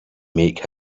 make